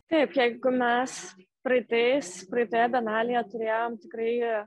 taip jeigu mes praeitais praeitoje bienalėje turėjom tikrai